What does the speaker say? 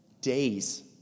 days